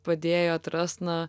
padėjo atras na